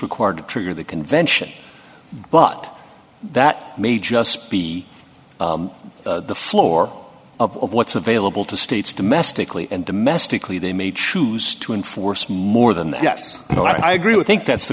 required to trigger the convention but that may just be the floor of what's available to states domestically and domestically they may choose to enforce more than that yes but i agree with think that's the